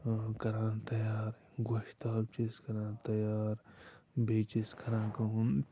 کَران تیار گۄشتاب چھِ أسۍ کَران تیار بیٚیہِ چھِ أسۍ کَران کٲم